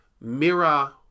mirror